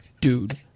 dude